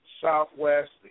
Southwest